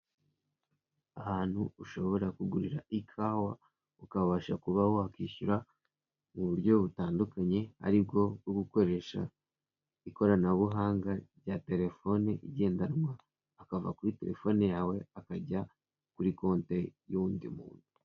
Ahantu ushobora kugurira ikawa ukabasha kuba wakishyura mu buryo butandukanye ari bwo bwo gukoresha ikoranabuhanga rya telefone igendanwa akava kuri telefone yawe akajya kuri konti y'undi muntu.